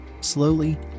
Slowly